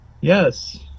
Yes